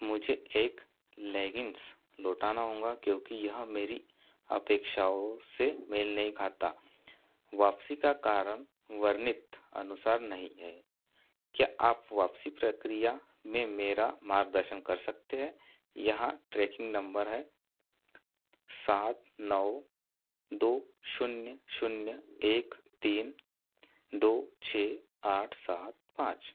मुझे एक लैगिंग्स लौटाना होंगा क्योंकि यह मेरी अपेक्षाओं से मेल नहीं खाता वापसी का कारण वर्नित अनुसार नहीं है क्या आप वापसी प्रक्रिया में मेरा मार्गदर्शन कर सकते हैं यह ट्रेकिंग नम्बर है सात नौ दो शून्य शून्य एक तीन दो छः आठ सात पाँच